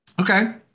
Okay